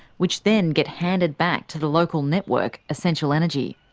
which then get handed back to the local network, essential energy.